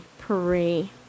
pray